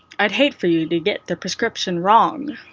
i'd hate for you to get the prescription wrong.